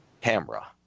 camera